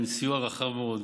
סיוע רחב מאוד,